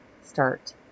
start